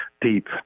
deep